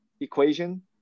equation